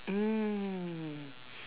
mm